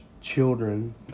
children